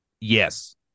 Yes